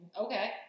okay